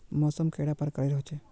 मौसम कैडा प्रकारेर होचे?